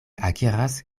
akiras